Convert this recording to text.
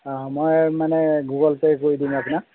অঁ মই মানে গুগল পে' কৰি দিম আপোনাক